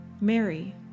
Mary